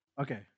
okay